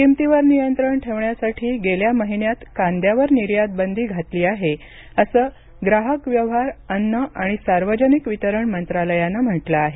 किमतीवर नियंत्रण ठेवण्यासाठी गेल्या महिन्यात कांद्यावर निर्यातबंदी घातली आहे असं ग्राहक व्यवहार अन्न आणि सार्वजनिक वितरण मंत्रालयानं म्हटलं आहे